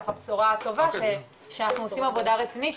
אז זה ככה בשורה טובה שאנחנו עושים עבודה רצינית.